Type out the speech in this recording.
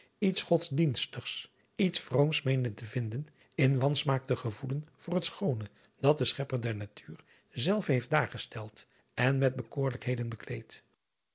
iets godsdienstigs iets vrooms meenen te vinden in wansmaak te gevoelen voorhet schoone dat de schepper der natuur zelve heeft daargesteld en met bekoorlijkheden bekleed